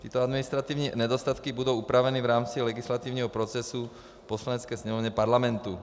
Tyto administrativní nedostatky budou opraveny v rámci legislativního procesu v Poslanecké sněmovně Parlamentu.